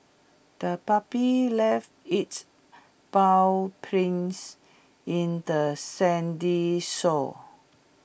the puppy left its paw prints in the sandy shore